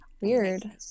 Weird